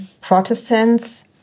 Protestants